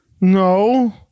No